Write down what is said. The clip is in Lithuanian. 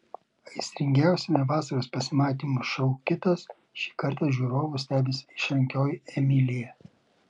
aistringiausiame vasaros pasimatymų šou kitas šį kartą žiūrovus stebins išrankioji emilija